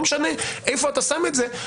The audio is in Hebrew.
לא משנה איפה אתה שם את זה,